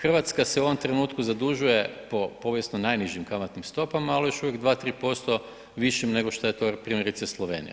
Hrvatska se u ovom trenutku zadužuje po povijesno najnižim kamatnim stopama ali još uvijek 2, 3% višim nego što je to primjerice Slovenija.